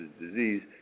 disease